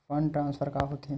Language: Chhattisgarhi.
फंड ट्रान्सफर का होथे?